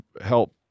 help